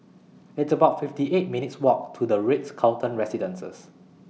It's about fifty eight minutes' Walk to The Ritz Carlton Residences